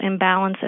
imbalances